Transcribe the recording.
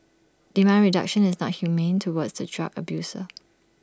demand reduction is not inhumane towards the drug abuser